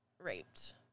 raped